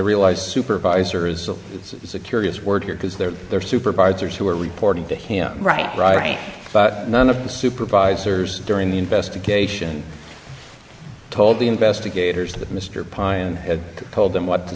realize supervisor is it's a curious word here because there are supervisors who are reporting to him right right but none of the supervisors during the investigation told the investigators that mr pyne had told them what to